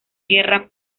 guerra